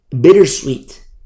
bittersweet